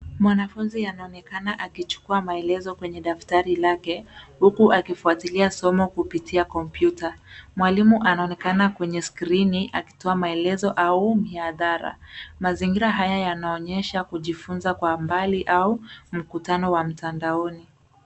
Mwanafunzi anaonekana akichukua maelezo kwenye daftari lake huku akifuatilia somo kupitia kompyuta. Mwalimu anaonekana kwenye skrini akitoa maelezo au mihadhara. Mazingira haya yanaonyesha kujifunza kwa mbali au mkutano wa mtandaoni.